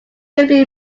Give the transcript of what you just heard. simply